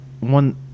One